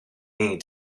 need